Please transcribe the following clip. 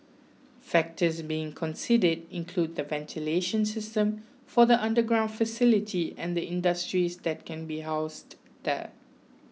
factors being considered include the ventilation system for the underground facility and the industries that can be housed there